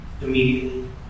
immediately